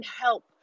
help